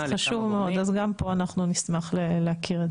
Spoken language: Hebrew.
חשוב מאוד, אז גם פה אנחנו נשמח להכיר את זה.